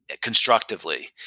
constructively